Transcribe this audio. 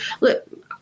Look